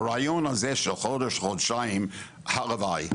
והרעיון הזה של חודש-חודשיים הלוואי.